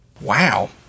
Wow